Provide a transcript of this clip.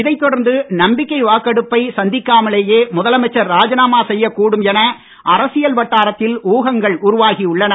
இதைத் தொடர்ந்து நம்பிக்கை வாக்கெடுப்பை சந்திக்காமலேயே ராஜிநாமா செய்யக்கூடும் என அரசியல் வட்டாரத்தில் ஊகங்கள் உருவாகியுள்ளன